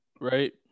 right